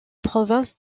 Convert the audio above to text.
province